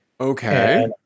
Okay